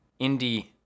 indie